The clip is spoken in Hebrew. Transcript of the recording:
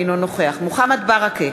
אינו נוכח מוחמד ברכה,